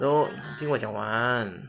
no 听我讲完